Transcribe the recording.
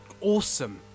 awesome